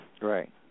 right